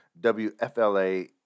wfla